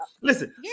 Listen